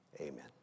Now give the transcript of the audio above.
Amen